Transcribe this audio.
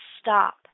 stop